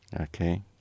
Okay